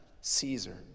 Caesar